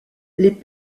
les